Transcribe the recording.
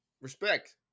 Respect